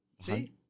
See